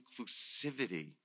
inclusivity